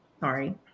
Sorry